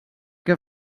què